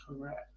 Correct